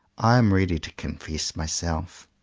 i am ready to confess my self,